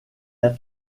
est